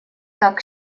так